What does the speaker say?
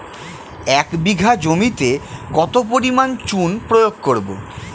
এক বিঘা জমিতে কত পরিমাণ চুন প্রয়োগ করব?